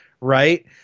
Right